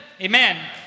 Amen